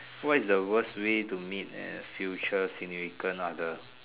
what is the worst way to meet a future significant other